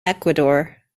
ecuador